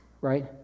right